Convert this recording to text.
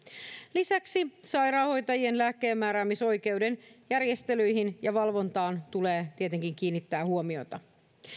lisäksi sairaanhoitajien lääkkeenmääräämisoikeuden järjestelyihin ja valvontaan tulee tietenkin kiinnittää huomiota